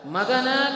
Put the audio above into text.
Magana